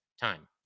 time